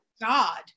God